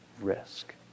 risk